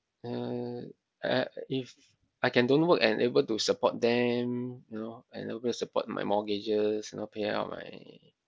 uh I if I can don't work and able to support them you know and able to support my mortgages you know pay out my